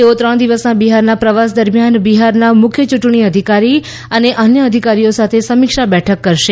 તેઓ ત્રણ દિવસના બિહારના પ્રવાસ દરમિયાન બિહારના મુખ્ય ચૂંટણી અધિકારી અને અન્ય અધિકારીઓ સાથે સમીક્ષા બેઠક કરશે